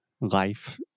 life